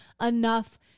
enough